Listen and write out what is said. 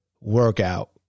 workout